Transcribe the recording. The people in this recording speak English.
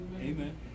Amen